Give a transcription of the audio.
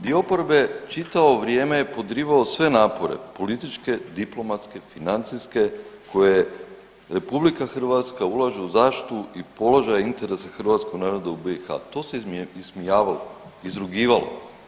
Dio oporbe čitavo vrijeme je podrivao sve napore, političke, diplomatske, financijske koje RH ulaže u zaštitu i položaj interesa hrvatskog naroda u BiH, tu se ismijavalo, izrugivalo.